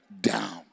down